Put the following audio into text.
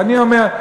ואני אומר: